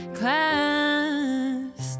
class